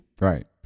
Right